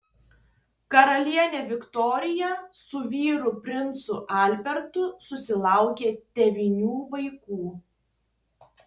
karalienė viktorija su vyru princu albertu susilaukė devynių vaikų